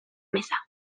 meza